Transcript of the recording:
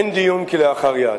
אין דיון כלאחר יד.